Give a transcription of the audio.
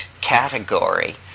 category